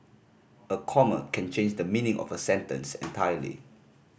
a comma can change the meaning of a sentence entirely